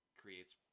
creates